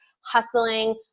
hustling